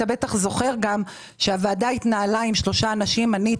אתה בטח זוכר גם שהוועדה התנהלה עם שלושה אנשים: אני,